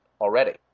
already